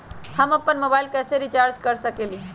हम अपन मोबाइल कैसे रिचार्ज कर सकेली?